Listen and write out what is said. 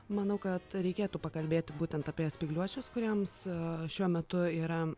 manau kad reikėtų pakalbėti būtent apie spygliuočius kuriems šiuo metu yra